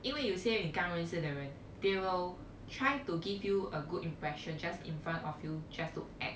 因为有些你刚认识的人 they will try to give you a good impression just in front of you just to act